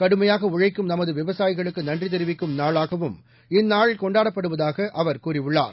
கடுமையாக உழைக்கும் நமது விவசாயிகளுக்கு நன்றி தெரிவிக்கும் நாளாகவும் இந்நாள் கொண்டாடப்படுவதாக அவர் கூறியுள்ளார்